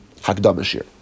Hakdamashir